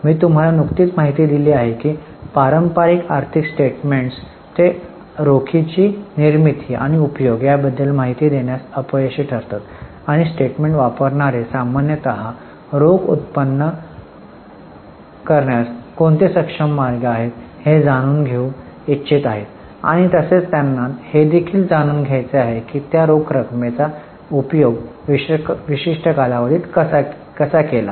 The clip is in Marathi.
मी तुम्हाला नुकतीच माहिती दिली आहे की पारंपारिक आर्थिक स्टेटमेन्ट्स ते रोखीची निर्मिती आणि उपयोग याबद्दल माहिती देण्यास अपयशी ठरतात आणि स्टेटमेन्ट् वापरणारे सामान्यत रोख उत्पन्न करण्यास कोणते सक्षम मार्ग आहेत हे जाणून घेऊ इच्छित आहेत आणि तसेच त्यांना हे देखील जाणून घ्यायचे असते कि त्या रोख रकमेचा उपयोग विशिष्ट कालावधीत कसा केला